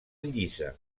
llisa